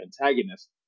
antagonist